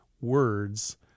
words